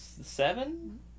Seven